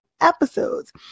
episodes